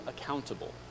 accountable